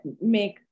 make